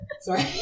Sorry